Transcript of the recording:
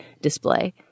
display